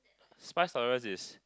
spice tolerance is